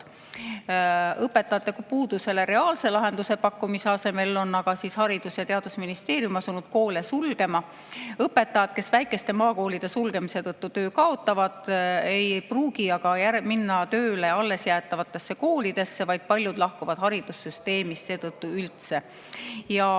Õpetajate puudusele reaalse lahenduse pakkumise asemel on Haridus- ja Teadusministeerium asunud koole sulgema. Õpetajad, kes väikeste maakoolide sulgemise tõttu töö kaotavad, ei pruugi aga minna tööle alles jäävatesse koolidesse, vaid paljud lahkuvad haridussüsteemist seetõttu üldse.